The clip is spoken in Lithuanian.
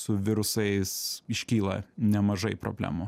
su virusais iškyla nemažai problemų